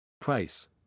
Price